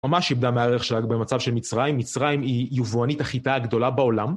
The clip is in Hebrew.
ממש איבדה מהערך שלה במצב של מצרים, מצרים היא יבואנית החיטה גדולה בעולם.